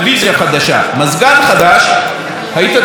היית צריך להמתין שבועות וחודשים לבדיקה